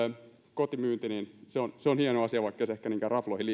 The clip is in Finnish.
kotimyynti se on hieno asia vaikkei se ehkä niinkään rafloihin